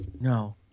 No